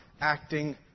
acting